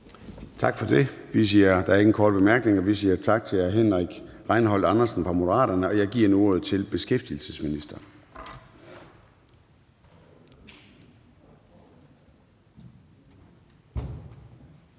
så vi siger tak til hr. Henrik Rejnholt Andersen fra Moderaterne. Jeg giver nu ordet til beskæftigelsesministeren.